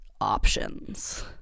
options